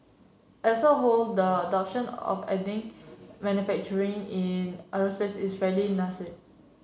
as a whole the adoption of manufacturing in aerospace is fairly nascent